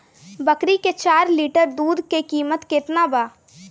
बकरी के चार लीटर दुध के किमत केतना बा?